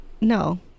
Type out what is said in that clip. no